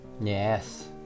Yes